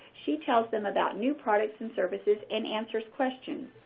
she tells them about new products and services and answers questions.